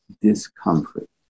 discomfort